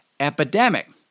Epidemic